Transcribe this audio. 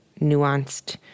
nuanced